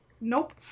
Nope